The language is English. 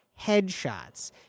headshots